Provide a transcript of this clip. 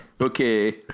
Okay